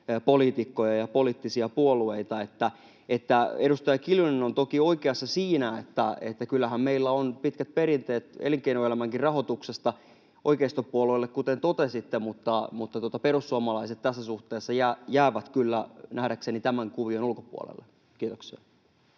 poliitikkoja ja poliittisia puolueita. Edustaja Kiljunen on toki oikeassa siinä, että kyllähän meillä on pitkät perinteet elinkeinoelämänkin rahoituksesta oikeistopuolueille, kuten totesitte, mutta perussuomalaiset tässä suhteessa jäävät kyllä nähdäkseni tämän kuvion ulkopuolelle. — Kiitoksia.